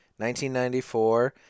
1994